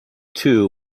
two